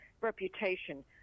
reputation